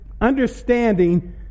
understanding